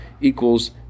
equals